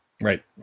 Right